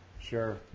Sure